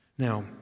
Now